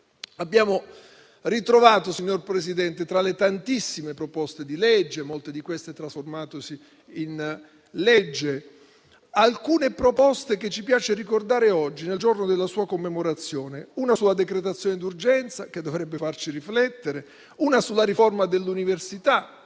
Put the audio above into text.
più difficili. Signor Presidente, tra le tantissime proposte di legge, molte delle quali trasformatesi in legge, ne abbiamo ritrovate alcune che ci piace ricordare oggi, nel giorno della sua commemorazione: una sua decretazione d'urgenza, che dovrebbe farci riflettere; una sulla riforma dell'università